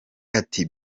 ati